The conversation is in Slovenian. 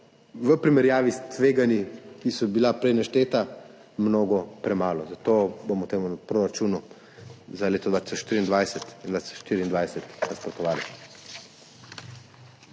v primerjavi s tveganji, ki so bila prej našteta, mnogo premalo. Zato bomo proračunoma za leti 2023 in 2024 nasprotovali.